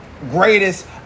greatest